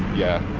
yeah,